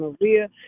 Maria